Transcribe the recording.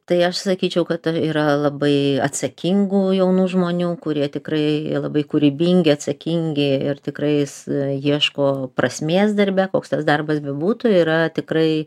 tai aš sakyčiau kad yra labai atsakingų jaunų žmonių kurie tikrai labai kūrybingi atsakingi ir tikrais ieško prasmės darbe koks tas darbas bebūtų yra tikrai